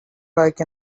like